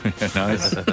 Nice